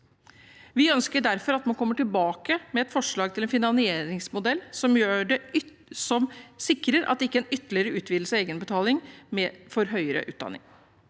Vi ønsker derfor at man kommer tilbake med et forslag til en finansieringsmodell som sikrer en ikke ytterligere utvidelse av egenbetaling for høyere utdanning.